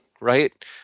right